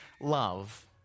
love